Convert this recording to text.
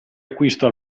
acquisto